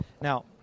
now